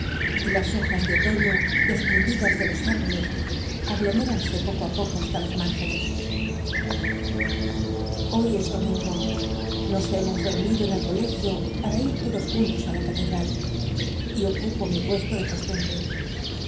y las hojas de oloiío dcspremlidus de los árboles agloméranse poco í poco hasta las ruáq enes lloy es domingo nos hemos reunido en el colegio para lodos juntos á la catedral y ocupo mi puesto de costumbre